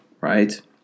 right